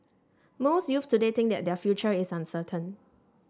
most youth today think that their future is uncertain